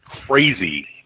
crazy